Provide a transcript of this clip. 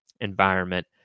environment